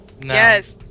Yes